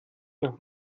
nach